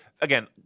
again